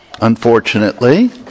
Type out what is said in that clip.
unfortunately